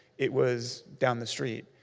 it was down the street.